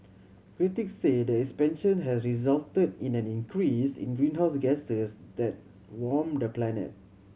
critics say the expansion has resulted in an increase in the greenhouse gases that warm the planet